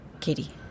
Katie